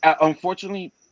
unfortunately